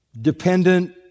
dependent